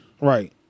Right